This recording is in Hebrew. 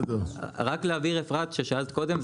רק להבהיר אפרת ששאלת קודם,